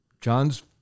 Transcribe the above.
John's